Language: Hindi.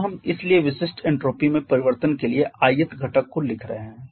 यहाँ हम इसेलिए विशिष्ट एन्ट्रापी में परिवर्तन के लिए ith घटक को लिख रहे हैं